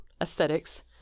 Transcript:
aesthetics